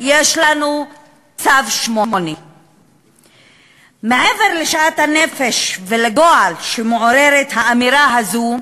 יש לנו צו 8. מעבר לשאט-הנפש ולגועל שמעוררת האמירה הזאת,